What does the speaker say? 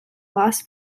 las